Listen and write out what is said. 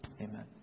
amen